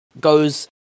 goes